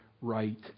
right